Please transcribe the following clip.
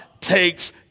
takes